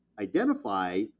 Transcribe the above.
identify